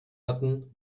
hatten